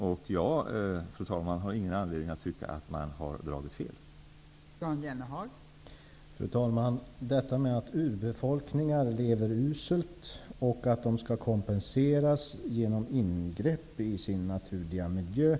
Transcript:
Jag har, fru talman, ingen anledning att tycka att man har dragit fel konklusioner.